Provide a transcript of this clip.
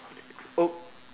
oh